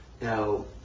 Now